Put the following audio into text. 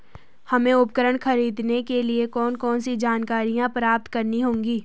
हमें उपकरण खरीदने के लिए कौन कौन सी जानकारियां प्राप्त करनी होगी?